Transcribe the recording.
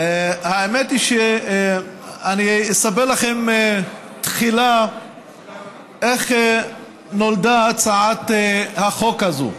אני אספר לכם תחילה איך נולדה הצעת החוק הזאת.